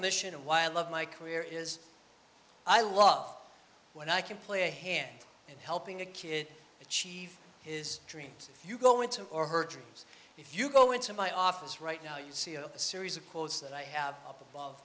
mission and while i love my career is i love when i can play a hand in helping a kid achieve his dreams you go into or her dreams if you go into my office right now you see a series of quotes that i have up above